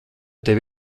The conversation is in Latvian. tev